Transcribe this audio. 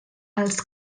els